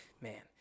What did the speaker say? Man